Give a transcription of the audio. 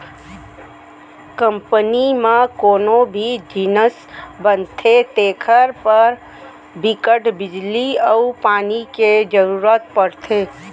company म कोनो भी जिनिस बनथे तेखर बर बिकट बिजली अउ पानी के जरूरत परथे